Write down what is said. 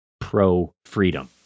pro-freedom